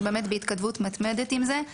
אנחנו באמת בהתכתבות מתמדת עם זה,